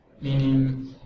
meaning